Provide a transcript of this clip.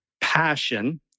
passion